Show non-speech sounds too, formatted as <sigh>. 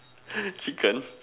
<breath> chicken